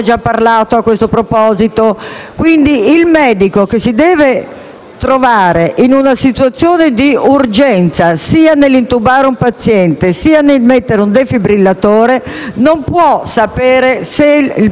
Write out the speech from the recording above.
trovi in una situazione di urgenza sia nell'intubare un paziente sia nel mettere un defibrillatore non può sapere se il paziente ha rilasciato disposizioni anticipate.